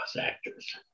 actors